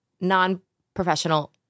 non-professional